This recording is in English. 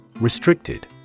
Restricted